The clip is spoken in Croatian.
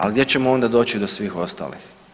Ali gdje ćemo onda doći do svih ostalih?